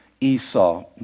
Esau